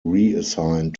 reassigned